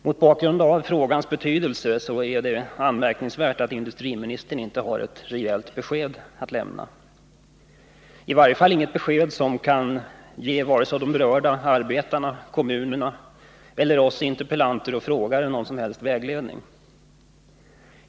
Mot bakgrund av frågans betydelse är det anmärkningsvärt att industriministern inte har ett rejält besked att lämna. I varje fall har han inget besked som kan ge vare sig de berörda arbetarna, kommunerna eller oss interpellanter och frågeställare någon som helst vägledning.